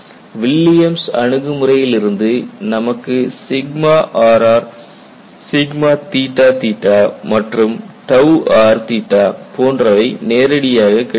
Williams Williams' s அணுகுமுறையிலிருந்து நமக்கு rr மற்றும் r போன்றவை நேரடியாக கிடைத்துள்ளன